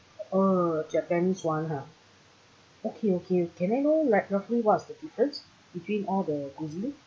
uh japanese [one] ah okay okay can I know like roughly what is the difference between all the cuisines